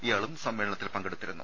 ഇയാളും സമ്മേളനത്തിൽ പങ്കെടുത്തിരുന്നു